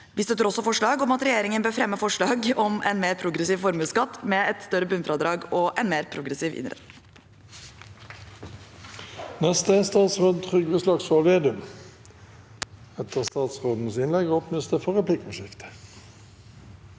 Vi støtter også forslag om at regjeringen bør fremme forslag om en mer progressiv formuesskatt med et større bunnfradrag og en mer progressiv innretning.